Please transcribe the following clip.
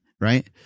Right